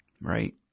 Right